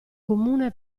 comune